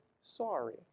sorry